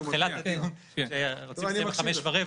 לנו במתן מענה לבקשה של חבר הכנסת רוטמן,